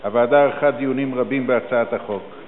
הוועדה ערכה דיונים רבים בהצעת החוק,